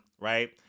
right